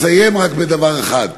אני מסיים רק בדבר אחד.